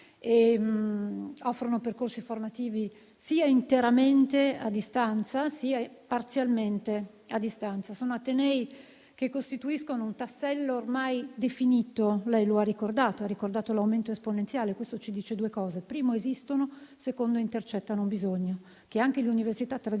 e offrono percorsi formativi sia interamente a distanza, sia parzialmente a distanza. Sono atenei che costituiscono un tassello ormai definito. Lei ha ricordato l'aumento esponenziale di tali università. Questo ci dice due cose: primo che esistono; secondo che intercettano un bisogno che anche le università tradizionali